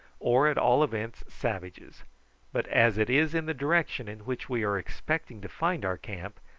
or at all events savages but as it is in the direction in which we are expecting to find our camp,